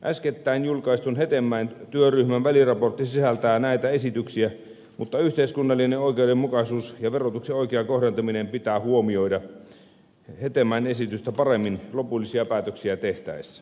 äskettäin julkaistu hetemäen työryhmän väliraportti sisältää näitä esityksiä mutta yhteiskunnallinen oikeudenmukaisuus ja verotuksen oikea kohdentaminen pitää huomioida hetemäen esitystä paremmin lopullisia päätöksiä tehtäessä